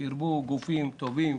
שירבו גופים טובים,